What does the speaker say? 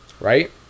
right